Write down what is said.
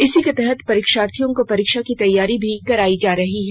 इसी के तहत परीक्षार्थियों को परीक्षा की तैयारी भी कराई जा रही है